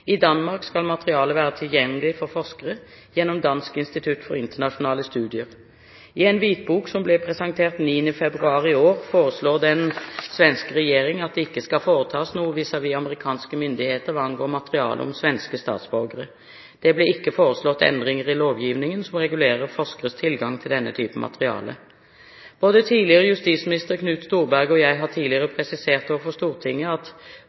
i strafferettslig etterforsking. I Danmark skal materialet være tilgjengelig for forskere gjennom Dansk Institut for Internationale Studier. I en hvitbok som ble presentert 9. februar i år, foreslår den svenske regjeringen at det ikke skal foretas noe vis-à-vis amerikanske myndigheter hva angår materialet om svenske statsborgere. Det ble ikke foreslått endringer i lovgivningen som regulerer forskeres tilgang til denne type materiale. Både tidligere justisminister Knut Storberget og jeg har tidligere presisert overfor Stortinget at